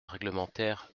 réglementaire